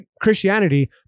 Christianity